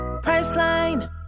Priceline